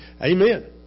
Amen